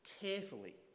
carefully